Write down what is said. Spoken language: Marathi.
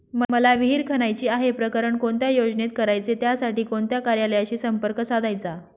मला विहिर खणायची आहे, प्रकरण कोणत्या योजनेत करायचे त्यासाठी कोणत्या कार्यालयाशी संपर्क साधायचा?